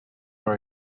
our